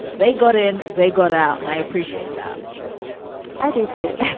they got in. they got out. and i appreciate that i do, too.